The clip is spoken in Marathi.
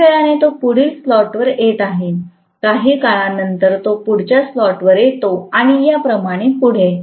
काही वेळाने तो पुढील स्लॉटवर येत आहे काही काळानंतर तो पुढच्या स्लॉटवर येतो आणि याप्रमाणे पुढे